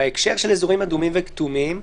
בהקשר של אזורים אדומים וכתומים,